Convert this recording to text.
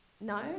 No